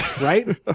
right